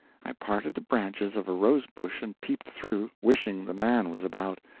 i parted the branches of a rose-bush and peeped through wishing the man was about,